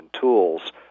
tools